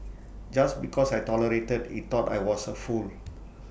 just because I tolerated he thought I was A fool